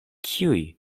kiuj